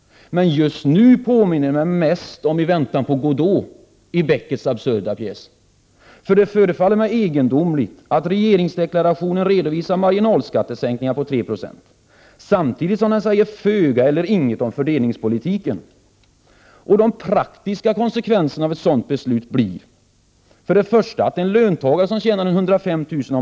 Just nu påminner det mig mest om I väntan på Godot i Becketts absurda pjäs. Det förefaller mig egendomligt att regeringsdeklarationen redovisar marginalskattesänkningar på 3 26 samtidigt som den säger föga eller inget om fördelningspolitiken. Den praktiska konsekvensen av ett sådant beslut blir — att en löntagare som tjänar ca 105 000 kr.